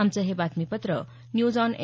आमचं हे बातमीपत्र न्यूज ऑन ए